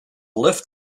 lift